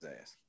ass